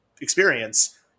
experience